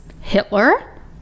hitler